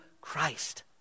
Christ